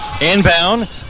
Inbound